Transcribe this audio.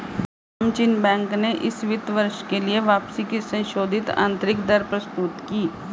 नामचीन बैंक ने इस वित्त वर्ष के लिए वापसी की संशोधित आंतरिक दर प्रस्तुत की